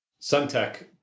Suntech